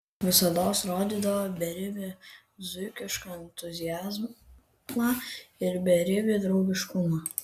visados rodydavo beribį dzūkišką entuziazmą ir beribį draugiškumą